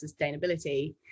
sustainability